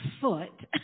foot